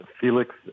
Felix